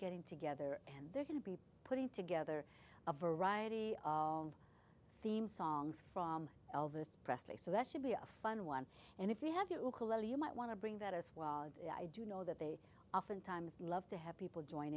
getting together and they're going to be putting together a variety of theme songs from elvis presley so that should be a fun one and if we have you might want to bring that as well you know that they oftentimes love to have people join